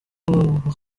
abo